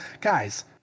guys